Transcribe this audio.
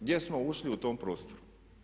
Gdje smo ušli u tom prostoru?